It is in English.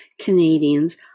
Canadians